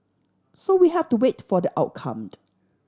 so we have to wait for the outcome